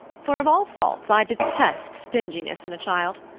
for of all faults i detest stinginess in a child.